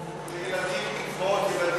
לאומי, קצבאות ילדים.